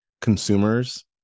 consumers